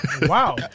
wow